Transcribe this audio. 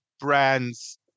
brands